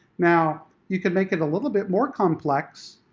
now, you can make it a little bit more complex,